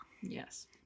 Yes